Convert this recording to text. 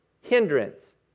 hindrance